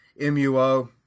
MUO